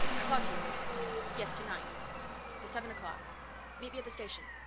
i thought you would yes, tonight the seven o'clock meet me at the station.